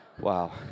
Wow